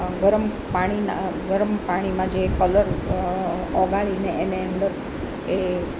ગરમ પાણીના ગરમ પાણીમાં જે કલર ઓગાળીને એને અંદર એ